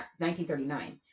1939